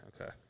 Okay